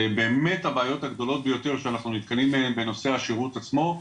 ובאמת הבעיות הגדולות ביותר שאנחנו נתקלים בהם בנושא השירות עצמו,